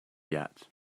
yet